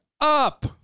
up